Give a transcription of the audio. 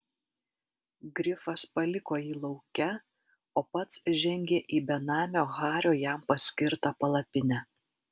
grifas paliko jį lauke o pats žengė į benamio hario jam paskirtą palapinę